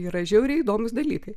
yra žiauriai įdomūs dalykai